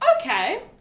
Okay